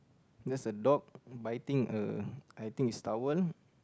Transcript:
thats a dog biting a I think it's a towel